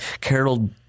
Carol